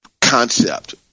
concept